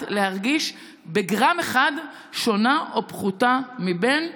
להרגיש בגרם אחד שונה או פחותה מבן.